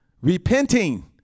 Repenting